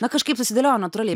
na kažkaip susidėliojo natūraliai